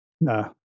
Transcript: No